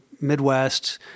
Midwest